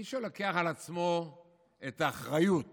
מי שלוקח על עצמו את האחריות